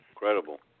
Incredible